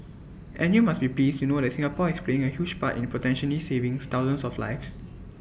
and you must be pleased to know that Singapore is playing A huge part in potentially savings thousands of lives